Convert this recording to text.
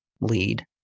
lead